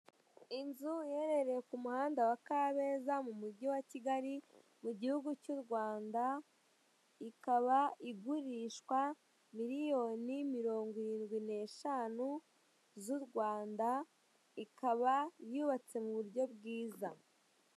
Inzu iherereye ku muhanda wa Kabeza mu mujyi wa Kigali mu gihugu cy'u Rwanda, ikaba igurishwa miliyoni mirongo irindwi n'eshanu z'u Rwanda ikaba yubatse mu buryo bwiza.